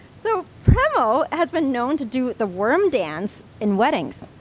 so, premal has been known to do the worm dance in weddings.